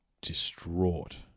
distraught